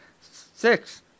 six